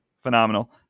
phenomenal